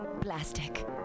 Plastic